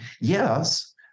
yes